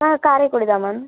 ஆ காரைக்குடிதான் மேம்